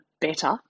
better